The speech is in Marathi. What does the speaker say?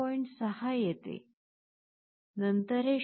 6 येते नंतर हे 0